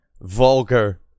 vulgar